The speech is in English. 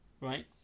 Right